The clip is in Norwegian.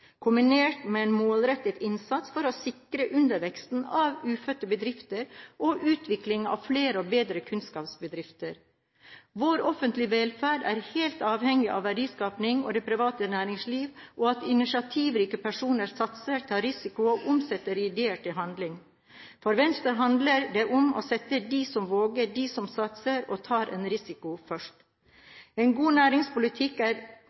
kombinert med en målrettet innsats for å sikre underveksten av ufødte bedrifter og utvikling av flere og bedre kunnskapsbedrifter. Vår offentlige velferd er helt avhengig av verdiskaping og det private næringsliv og at initiativrike personer satser, tar risiko og omsetter ideer til handling. For Venstre handler det om å sette dem som våger, dem som satser og tar en risiko, først. En god næringspolitikk er